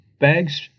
bags